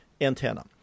antenna